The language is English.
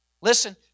Listen